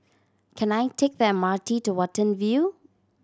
can I take the M R T to Watten View